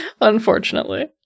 Unfortunately